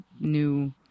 new